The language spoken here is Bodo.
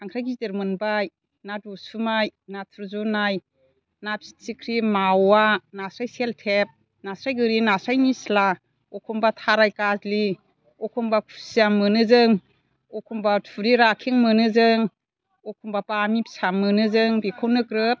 खांख्राइ गिदिर मोनबाय ना दुसुमाय नाथुर जुनाइ ना फिथिख्रि मावा नास्राइ सेलथेब नास्राय गोरि नास्राइ निस्ला एखमब्ला थाराय गाज्लि एखमब्ला खुसिया मोनो जों एखमब्ला थुरि राखें मोनो जों एखमब्ला बामि फिसा मोनो जों बेखौनो ग्रोब